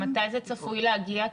מתי זה צפוי להגיע?